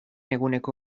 eguneko